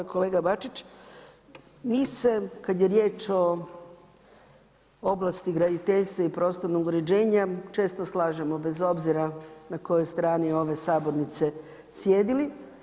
Kolega Bačić, mi se kad je riječ o oblasti graditeljstva i prostornog uređenja često slažemo bez obzira na kojoj strani ove sabornice sjedili.